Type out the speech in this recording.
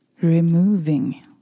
removing